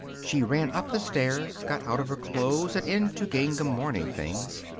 she ran up the stairs, got out of her clothes and into gingham morning things.